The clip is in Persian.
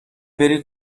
بری